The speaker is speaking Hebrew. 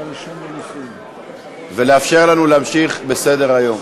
ולאפשר לנו להמשיך בסדר-היום.